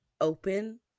open